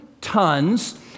tons